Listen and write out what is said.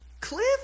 Cliff